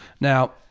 Now